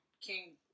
King